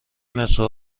مترو